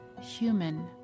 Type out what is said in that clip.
Human